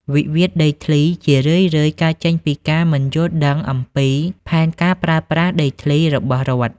វិវាទដីធ្លីជារឿយៗកើតចេញពីការមិនយល់ដឹង អំពី "ផែនការប្រើប្រាស់ដីធ្លី" របស់រដ្ឋ។